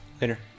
Later